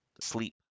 sleep